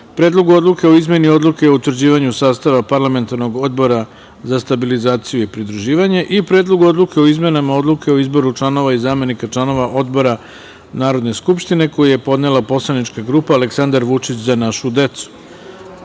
Predlogu odluke o izmeni Odluke o utvrđivanju sastava Parlamentarnog odbora za stabilizaciju i pridruživanje i Predlogu odluke o izmenama Odluke o izboru članova i zamenika članova odbora Narodne skupštine, koji je podnela poslanička grupa „Aleksandar Vučić – Za našu decu“.Da